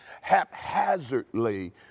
haphazardly